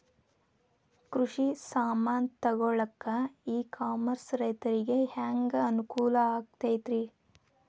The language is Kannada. ಕೃಷಿ ಸಾಮಾನ್ ತಗೊಳಕ್ಕ ಇ ಕಾಮರ್ಸ್ ರೈತರಿಗೆ ಹ್ಯಾಂಗ್ ಅನುಕೂಲ ಆಕ್ಕೈತ್ರಿ?